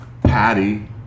Patty